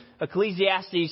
Ecclesiastes